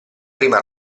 prima